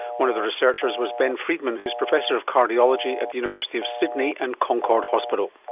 one of the researchers was ben freedman who's professor of cardiology at the university of sydney and concord hospital.